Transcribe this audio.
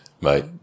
Mate